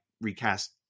recast